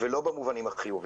ולא במובנים החיוביים.